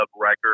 record